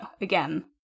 again